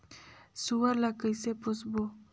सुअर ला कइसे पोसबो?